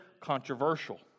controversial